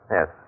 Yes